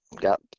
got